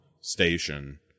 Station